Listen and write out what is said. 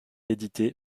éditée